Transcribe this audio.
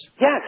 Yes